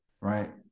Right